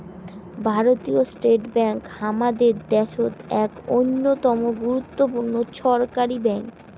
ভারতীয় state bank হামাদের দ্যাশোত এক অইন্যতম গুরুত্বপূর্ণ ছরকারি ব্যাঙ্ক